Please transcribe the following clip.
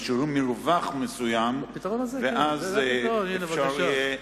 משאירים מרווח מסוים, ואז אפשר יהיה.